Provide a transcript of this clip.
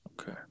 Okay